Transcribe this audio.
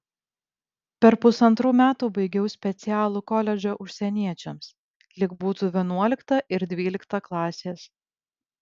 per pusantrų metų baigiau specialų koledžą užsieniečiams lyg būtų vienuolikta ir dvylikta klasės